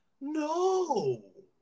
No